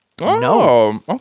No